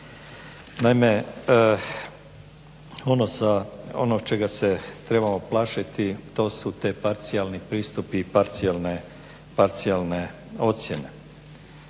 Naime, ono čega se trebamo plašiti to su ti parcijalni pristupi i parcijalne ocjene.